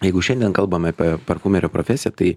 jeigu šiandien kalbam apie parfumerio profesiją tai